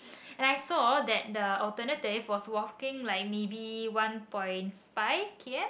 and I saw that the alternative was walking like maybe one point five K_M